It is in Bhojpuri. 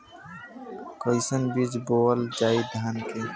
कईसन बीज बोअल जाई धान के?